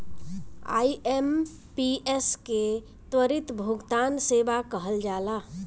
IMPS के त्वरित भुगतान सेवा कहल जाला